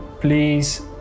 please